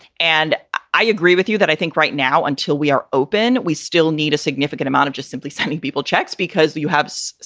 and i agree with you that i think right now, until we are open, we still need a significant amount of just simply sending people checks, because you have,